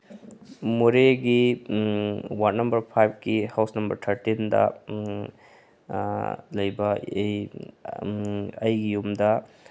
ꯃꯣꯔꯦꯒꯤ ward number ꯐꯥꯏꯚꯀꯤ house number ꯊꯥꯔꯇꯤꯟꯗ ꯂꯩꯕ ꯑꯩꯒꯤ ꯌꯨꯝꯗ